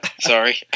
Sorry